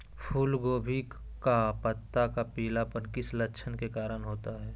फूलगोभी का पत्ता का पीलापन किस लक्षण के कारण होता है?